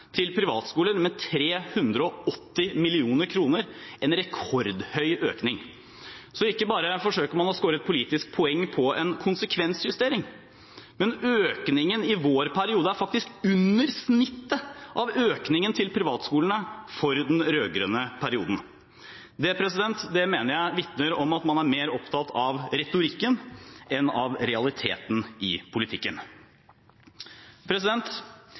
ikke bare forsøker man å skåre et politisk poeng på en konsekvensjustering, men økningen i vår periode er faktisk under snittet av økningen til privatskolene i den rød-grønne perioden. Det mener jeg vitner om at man er mer opptatt av retorikken enn av realiteten i politikken.